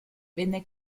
venne